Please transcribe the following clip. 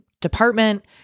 department